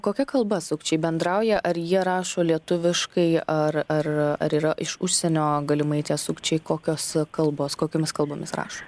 kokia kalba sukčiai bendrauja ar jie rašo lietuviškai ar ar ar yra iš užsienio galimai tie sukčiai kokios kalbos kokiomis kalbomis rašo